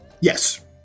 Yes